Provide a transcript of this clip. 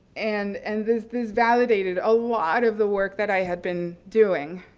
and and this this validated a lot of the work that i had been doing.